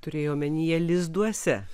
turėjo omenyje lizduose